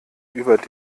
über